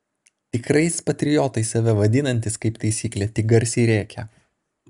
tikrais patriotais save vadinantys kaip taisyklė tik garsiai rėkia